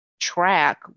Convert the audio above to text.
track